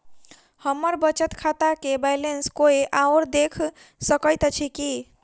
हम्मर बचत खाता केँ बैलेंस कोय आओर देख सकैत अछि की